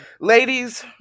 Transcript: Ladies